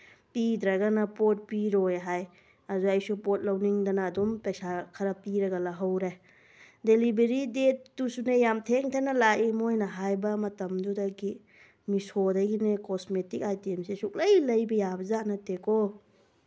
ꯄꯤꯗ꯭ꯔꯒꯅ ꯄꯣꯠ ꯄꯤꯔꯣꯏ ꯍꯥꯏ ꯑꯗ ꯑꯩꯁꯨ ꯄꯣꯠ ꯂꯧꯅꯤꯡꯗꯅ ꯑꯗꯨꯝ ꯄꯩꯁꯥ ꯈꯔ ꯄꯤꯔꯒ ꯂꯧꯍꯧꯔꯦ ꯗꯦꯂꯤꯚꯔꯤ ꯗꯦꯠꯇꯨꯁꯨꯅꯦ ꯌꯥꯝ ꯊꯦꯡ ꯊꯦꯡꯅ ꯂꯥꯛꯏ ꯃꯣꯏꯅ ꯍꯥꯏꯕ ꯃꯇꯝꯗꯨꯗꯒꯤ ꯃꯤꯁꯣꯗꯒꯤꯅꯦ ꯀꯣꯁꯃꯦꯇꯤꯛ ꯑꯥꯏꯇꯦꯝꯁꯦ ꯁꯨꯛꯂꯩ ꯂꯩꯕ ꯌꯥꯕ ꯖꯥꯠ ꯅꯠꯇꯦꯀꯣ